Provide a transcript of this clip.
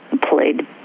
played